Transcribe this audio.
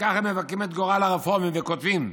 וככה הם מבכים את גורל הרפורמים וכותבים: